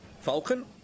Falcon